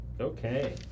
Okay